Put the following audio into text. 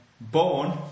Born